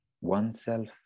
oneself